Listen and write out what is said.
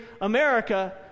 America